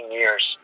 years